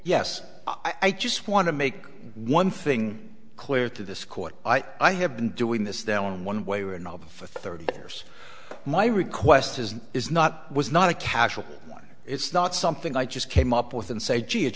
yes i just want to make one thing clear to this court i have been doing this down one way or another for thirty years my request is is not was not a casual one it's not something i just came up with and say gee it